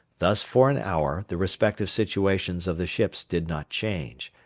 thus for an hour the respective situations of the ships did not change,